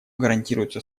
гарантируется